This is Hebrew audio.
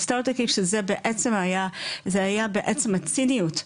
הערכה שזה היה בעצם הציניות,